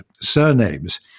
surnames